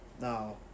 Now